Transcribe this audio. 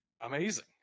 amazing